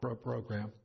program